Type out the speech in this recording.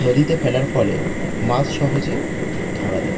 নদীতে ফেলার ফলে মাছ সহজে ধরা দেয়